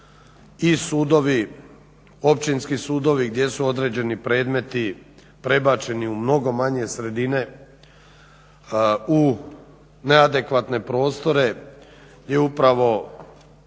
i sudovi, općinski sudovi gdje su određeni predmeti prebačeni u mnogo manje sredine u neadekvatne prostore gdje upravo